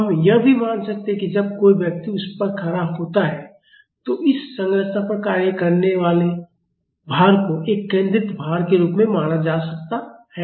हम यह भी मान सकते हैं कि जब कोई व्यक्ति उस पर खड़ा होता है तो इस संरचना पर कार्य करने वाले भार को एक केंद्रित भार के रूप में माना जा सकता है